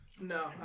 No